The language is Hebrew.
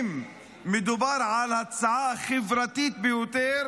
אם מדובר על ההצעה החברתית ביותר,